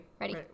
Ready